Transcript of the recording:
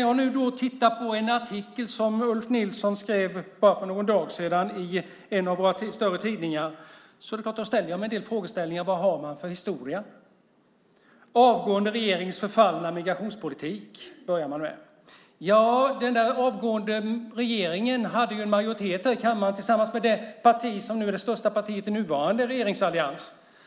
jag nu tittar på en artikel som Ulf Nilsson skrev för bara någon dag sedan i en av våra större tidningar ställer jag mig en del frågor. Vad har man för historia? Han börjar med att tala om avgående regerings förfallna migrationspolitik. Den där avgående regeringen hade ju en majoritet här i kammaren tillsammans med det parti som nu är det största partiet i nuvarande regeringsallians.